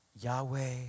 Yahweh